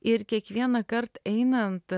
ir kiekvienąkart einant